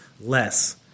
less